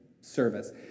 service